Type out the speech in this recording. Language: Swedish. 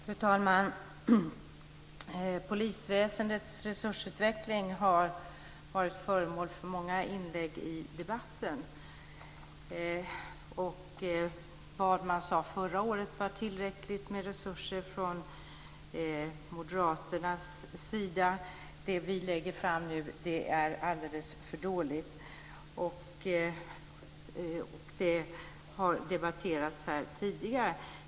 Fru talman! Polisväsendets resursutveckling har varit föremål för många inlägg i debatten. Moderaterna sade att det förra året var tillräckligt med resurser, men det vi lägger fram nu är alldeles för dåligt. Det har debatterats här tidigare.